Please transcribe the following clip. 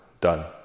done